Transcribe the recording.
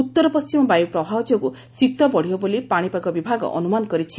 ଉତ୍ତର ପଣ୍କିମ ବାୟୁ ପ୍ରବାହ ଯୋଗୁଁ ଶୀତ ବଢ଼ିବ ବୋଲି ପାଶିପାଗ ବିଭାଗ ଅନୁମାନ କରିଛି